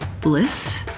bliss